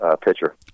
pitcher